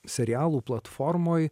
serialų platformoj